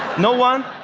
no one?